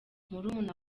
murumuna